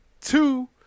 two